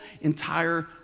entire